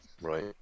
Right